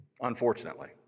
unfortunately